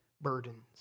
burdens